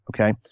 okay